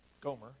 Gomer